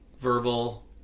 verbal